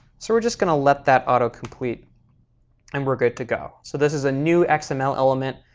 so we're just going to let that autocomplete and we're good to go. so this is a new and xml element.